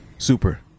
Super